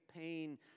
pain